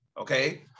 okay